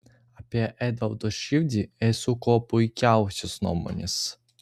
apie edvardo širdį esu kuo puikiausios nuomonės